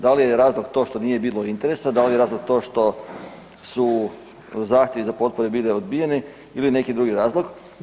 Da li je razlog to što nije bilo interesa, da li je razlog to što su zahtjevi za potpore bili odbijeni ili neki drugi razlog.